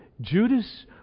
Judas